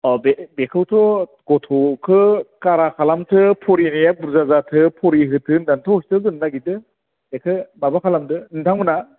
अह बे बेखौथ' गथ'खौ खारा खालामथो फरायनाया बुरजा जाथों फरायहोथों होन्नाथ' ह'स्टेलाव दोन्नो नागिदों बेखौ माबा खालामदो नोंथांमोना